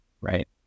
right